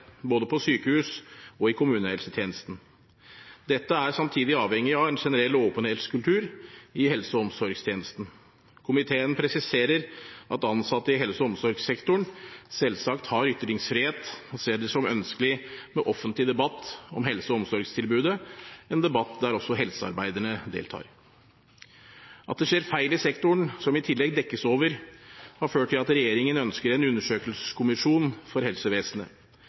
både på sykehus og i kommunehelsetjenesten. Dette er samtidig avhengig av en generell åpenhetskultur i helse- og omsorgstjenesten. Komiteen presiserer at ansatte i helse- og omsorgssektoren selvsagt har ytringsfrihet, og ser det som ønskelig med offentlig debatt om helse- og omsorgstilbudet, en debatt der også helsearbeidere deltar. At det skjer feil i sektoren, som det i tillegg dekkes over, har ført til at regjeringen ønsker en undersøkelseskommisjon for helsevesenet.